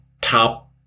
top